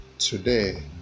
Today